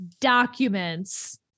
documents